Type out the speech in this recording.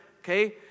okay